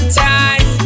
time